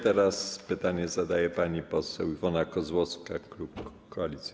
Teraz pytanie zadaje pani poseł Iwona Kozłowska, klub Koalicji